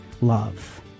love